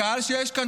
הקהל שיש כאן,